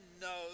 no